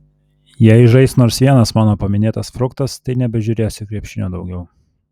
jei žais nors vienas mano paminėtas fruktas tai nebežiūrėsiu krepšinio daugiau